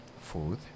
food